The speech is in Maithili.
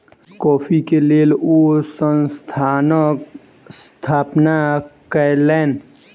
कॉफ़ी के लेल ओ संस्थानक स्थापना कयलैन